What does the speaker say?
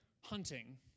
hunting